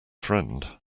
friend